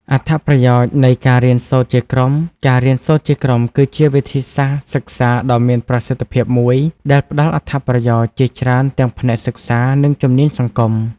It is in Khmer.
អត្ថប្រយោជន៍នៃការរៀនសូត្រជាក្រុមការរៀនសូត្រជាក្រុមគឺជាវិធីសាស្ត្រសិក្សាដ៏មានប្រសិទ្ធភាពមួយដែលផ្តល់អត្ថប្រយោជន៍ជាច្រើនទាំងផ្នែកសិក្សា និងជំនាញសង្គម។